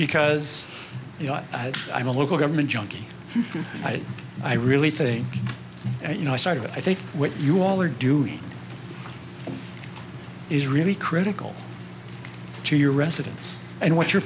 because you know i'm a local government junkie i really thing you know i started i think what you all are doing is really critical to your residence and what your